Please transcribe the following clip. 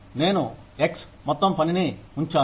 నేను సెక్స్ మొత్తం పనిని ఉంచాను